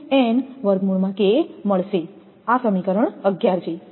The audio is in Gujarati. આ સમીકરણ 11 છે